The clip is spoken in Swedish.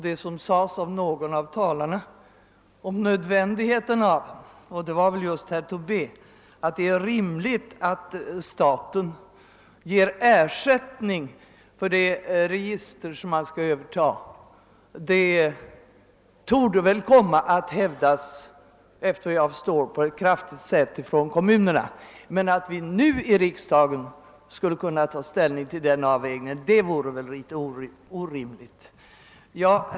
Det sades av någon av talarna — det var väl just herr Tobé — att det är rimligt att staten ger ersättning för det register som man skall överta. Det torde komma att hävdas efter vad jag kan förstå på ett kraftigt sätt från kommunernas sida vid överläggningarna. Men att vi nu i riksdagen skulle kunna ta ställning till denna fråga vore väl ganska orimligt.